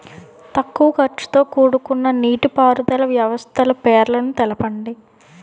తక్కువ ఖర్చుతో కూడుకున్న నీటిపారుదల వ్యవస్థల పేర్లను తెలపండి?